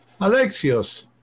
Alexios